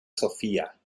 sofía